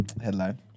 headline